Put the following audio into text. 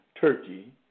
Turkey